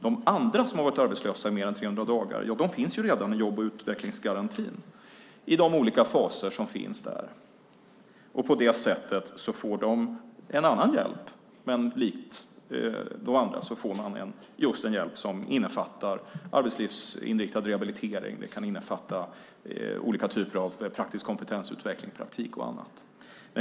De andra som har varit arbetslösa i mer än 300 dagar finns redan i de olika faser som finns i jobb och utvecklingsgarantin. På det sättet får de en annan hjälp, men likt de andra får de en hjälp som innefattar arbetslivsinriktad rehabilitering, olika typer av praktisk kompetensutveckling, praktik och annat.